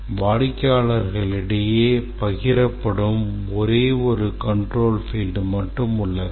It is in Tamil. வாடிக்கையாளர்களிடையே பகிரப்படும் ஒரே ஒரு control field மட்டுமே உள்ளதா